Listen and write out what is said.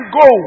go